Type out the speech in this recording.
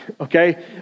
okay